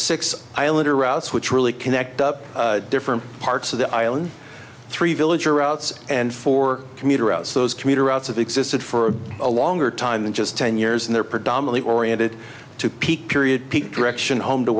six island or routes which really connect up different parts of the island three villager routes and four commuter outs those commuter outs of existed for a longer time in just ten years and they're predominantly oriented to peak period peak direction home to